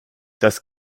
das